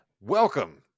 welcome